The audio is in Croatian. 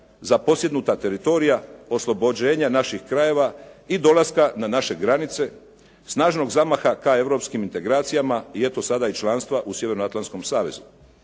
zaposjednuta teritorija, oslobođenje naših krajeva i dolaska na naše granice, snažnog zamaha ka europskim integracijama i eto, sada i članstva u Sjevernoatlantskom savezu.